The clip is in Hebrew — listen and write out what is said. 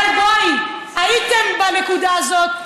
הייתם בנקודה הזאת.